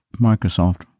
Microsoft